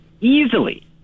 easily